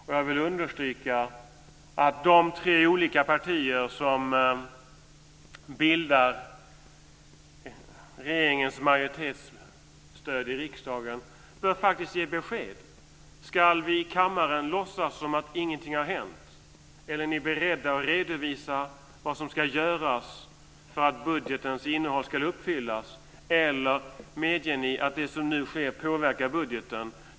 Jag vill understryka att de tre olika partier som bildar regeringens majoritetsstöd i riksdagen faktiskt bör ge besked. Ska vi i kammaren låtsas som om ingenting har hänt, eller är ni beredda att redovisa vad som ska göras för att budgetens innehåll ska uppfyllas? Medger ni att det som nu sker påverkar budgeten?